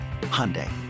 Hyundai